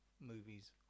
movies